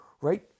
right